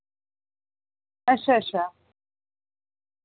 अच्छा अच्छा